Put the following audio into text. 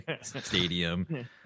stadium